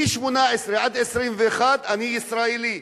מ-18 עד 21 אני ישראלי,